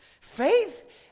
Faith